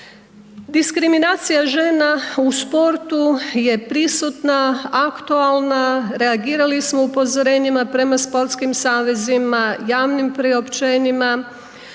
Diskriminacija žena u sportu je prisutna, aktualna, reagirali smo upozorenjima prema sportskim savezima, javnim priopćenjima.